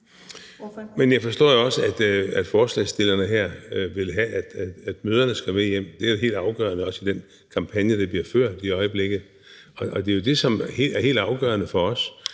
Men jeg forstår jo også, at forslagsstillerne her vil have, at mødrene skal med hjem. Det er jo også helt afgørende i den kampagne, der bliver ført i øjeblikket, og det er jo det, som er helt afgørende for os.